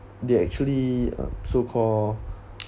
they actually uh so called